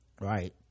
Right